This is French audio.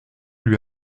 lui